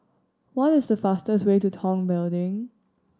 what is the fastest way to Tong Building